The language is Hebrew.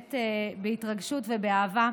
באמת בהתרגשות ובאהבה,